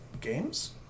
games